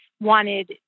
wanted